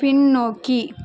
பின்னோக்கி